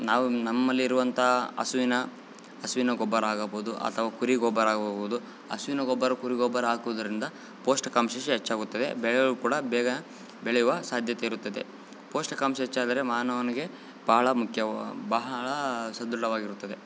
ನಾವು ನಮ್ಮಲ್ಲಿರುವಂಥ ಹಸುವಿನ ಹಸುವಿನ ಗೊಬ್ಬರ ಆಗಬಹುದು ಅಥವಾ ಕುರಿ ಗೊಬ್ಬರ ಆಗಬಹುದು ಹಸುವಿನ ಗೊಬ್ಬರ ಕುರಿ ಗೊಬ್ಬರ ಹಾಕೋದರಿಂದ ಪೌಷ್ಠಿಕಾಂಶ ಸಹ ಹೆಚ್ಚಾಗುತ್ತದೆ ಬೆಳೆಗಳು ಕೂಡ ಬೇಗ ಬೆಳೆಯುವ ಸಾಧ್ಯತೆ ಇರುತ್ತದೆ ಪೌಷ್ಠಿಕಾಂಶ ಹೆಚ್ಚಾದರೆ ಮಾನವನಿಗೆ ಭಾಳ ಮುಖ್ಯವ ಬಹಳ ಸದೃಢವಾಗಿರುತ್ತದೆ